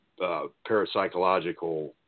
parapsychological